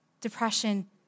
depression